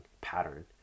pattern